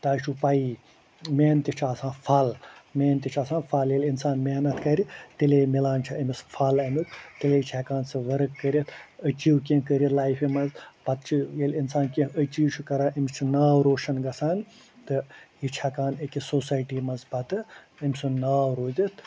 تۄہہِ چھُو پیی محنتہِ چھُ آسان پھل محنتہِ چھُ آسن پھل ییٚلہِ اِنسان محنت کَرِ تیٚلے مِلان چھُ اَمِس پھل اَمیُک تیٚلہِ چھِ ہٮ۪کان سٕہ ؤرک کٔرِتھ أچیٖو کیٚنٛہہ کٔرِتھ لیفہِ منٛز پتہٕ چھِ ییٚلہِ اِنسان کیٚنٛہہ أچیٖو چھُ کَران أمِس چھُ ناو روشن گَژھان تہٕ یہِ چھُ ہٮ۪کان أکِس سوسایٹی منٛز پتہٕ أمۍ سنٛد ناو رودِتھ